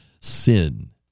sin